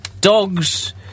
dogs